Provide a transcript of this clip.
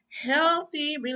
healthy